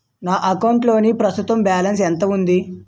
నా అకౌంట్ లోని ప్రస్తుతం బాలన్స్ ఎంత ఉంది?